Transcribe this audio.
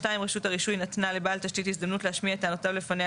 רשות הרישוי נתנה לבעל תשתית הזדמנות להשמיע את טענותיו לפניה,